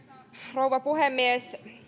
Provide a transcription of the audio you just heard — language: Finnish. rouva puhemies